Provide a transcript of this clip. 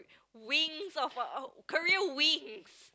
wings of our career wings